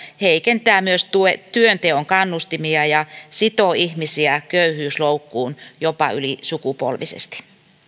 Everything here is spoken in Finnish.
heikentää myös työnteon kannustimia ja sitoo ihmisiä köyhyysloukkuun jopa ylisukupolvisesti